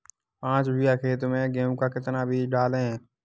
पाँच बीघा खेत में गेहूँ का कितना बीज डालें?